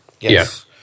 Yes